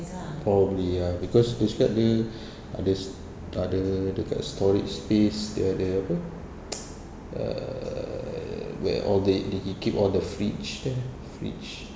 probably ya because dia cakap dia ada s~ ada dekat storage space dia ada apa err where all day he keep all the fridge there fridge